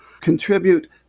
contribute